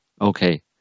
okay